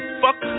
fuck